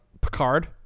Picard